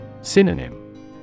Synonym